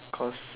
cause